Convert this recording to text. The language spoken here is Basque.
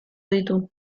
ditu